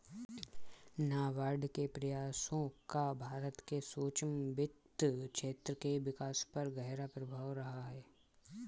नाबार्ड के प्रयासों का भारत के सूक्ष्म वित्त क्षेत्र के विकास पर गहरा प्रभाव रहा है